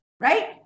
Right